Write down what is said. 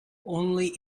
only